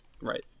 Right